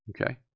Okay